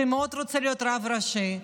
שמאוד רוצה להיות רב ראשי,